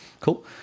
cool